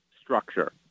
structure